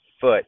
foot